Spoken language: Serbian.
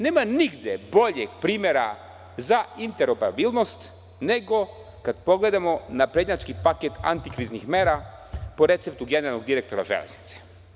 Nema nigde boljeg primera za interoperabilnost nego kad pogledamo naprednjački paket antikriznih mera po receptu generalnog direktora železnice.